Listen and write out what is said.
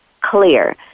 clear